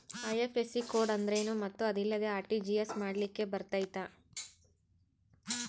IFSC code ಅಂದ್ರೇನು ಮತ್ತು ಅದಿಲ್ಲದೆ ಆರ್.ಟಿ.ಜಿ.ಎಸ್ ಮಾಡ್ಲಿಕ್ಕೆ ಬರ್ತೈತಾ?